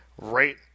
right